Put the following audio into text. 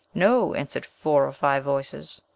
no, answered four or five voices.